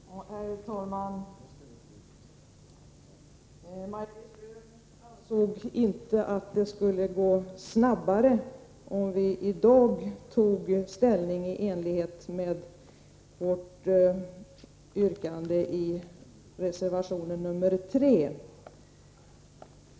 Herr talman! Maj-Lis Lööw ansåg inte att det skulle gå snabbare om vi i dag tog ställning i enlighet med vårt yrkande i reservation nr 3.